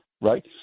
right